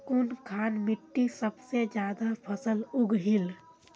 कुनखान मिट्टी सबसे ज्यादा फसल उगहिल?